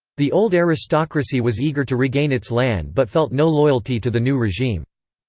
the old aristocracy was eager to regain its land but felt no loyalty to the new regime.